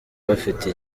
bafite